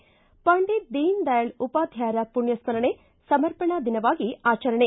ಿ ಪಂಡಿತ್ ದೀನ ದಯಾಳ ಉಪಾಧ್ಯಾಯರ ಪುಣ್ಯ ಸ್ಮರಣೆ ಸಮರ್ಪಣಾ ದಿನವಾಗಿ ಆಚರಣೆ